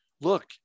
look